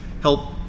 help